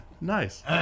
nice